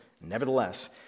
Nevertheless